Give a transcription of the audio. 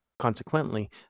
Consequently